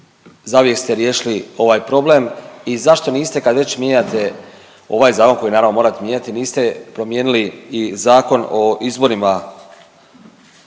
zauvijek ste riješili ovaj problem i zašto niste, kad već mijenjate ovaj Zakon koji naravno, morate mijenjati, niste promijenili i Zakon o izborima